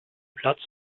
platz